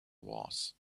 was